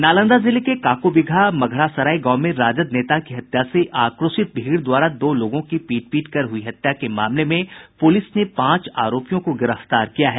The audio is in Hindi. नालंदा जिले के काकोबिगहा मघड़ा सराय गांव में राजद नेता की हत्या से आक्रोशित भीड़ द्वारा दो लोगों की पीट पीटकर हुई हत्या के मामले में पुलिस ने पांच आरोपियों को गिरफ्तार किया है